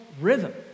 rhythm